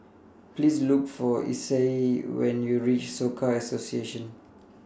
Please Look For Isai when YOU REACH Soka Association